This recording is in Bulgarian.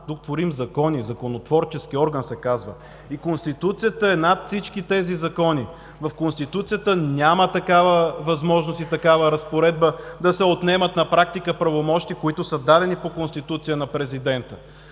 Тук творим закони, законотворчески орган се казва и Конституцията е над всички тези закони. В Конституцията няма такава възможност и такава разпоредба да се отнемат на практика правомощия, които са дадени по Конституция на президента.